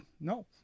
no